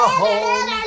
home